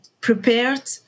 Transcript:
prepared